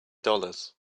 dollars